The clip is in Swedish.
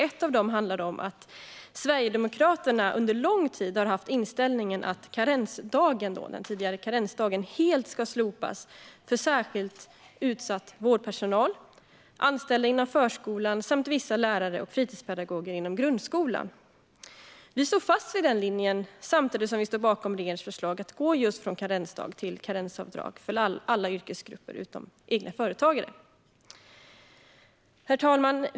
En av dem handlar om att Sverigedemokraterna under lång tid har haft inställningen att den tidigare karensdagen helt ska slopas för särskilt utsatt vårdpersonal, anställda inom förskolan samt vissa lärare och fritidspedagoger inom grundskolan. Vi står fast vid den linjen samtidigt som vi står bakom regeringens förslag att gå från karensdag till karensavdrag för alla yrkesgrupper utom egenföretagare. Herr talman!